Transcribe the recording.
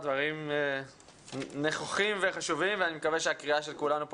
הדברים נכוחים וחשובים ואני מקווה שהקריאה של כולנו פה